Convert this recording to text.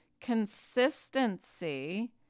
consistency